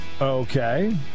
okay